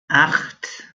acht